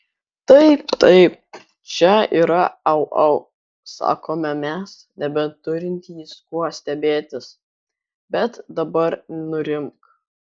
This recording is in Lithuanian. taip taip čia yra au au sakome mes nebeturintys kuo stebėtis bet dabar nurimk